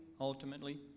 ultimately